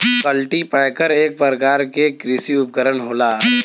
cultipacker एक परकार के कृषि उपकरन होला